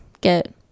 get